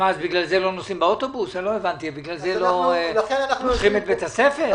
בגלל זה לא נוסעים באוטובוס ולא פותחים את בתי הספר?